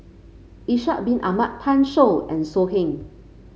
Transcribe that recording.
Ishak Bin Ahmad Pan Shou and So Heng